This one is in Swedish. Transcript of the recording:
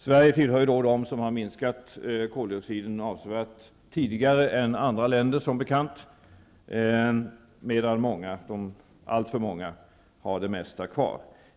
Sverige tillhör som bekant de länder som har minskat koldioxidutsläppen avsevärt tidigare än andra, medan alltför många har det mesta kvar.